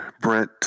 Brent